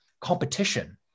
competition